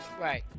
Right